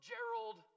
Gerald